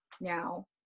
now